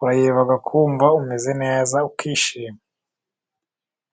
urayireba, ukumva umeze neza, ukishima.